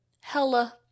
Hella